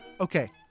Okay